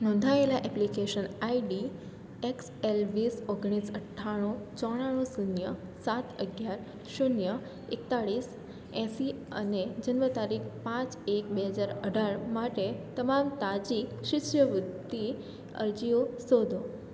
નોંધાયેલા application ID X L વીસ ઓગણીસ અઠ્ઠાણું ચોરાણું શૂન્ય સાત અગિયાર શૂન્ય એકતાળીસ એંસી અને જન્મતારીખ પાંચ એક બે હજાર અઢાર માટે તમામ તાજી શિષ્યવૃત્તિ અરજીઓ શોધો